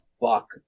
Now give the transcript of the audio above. buck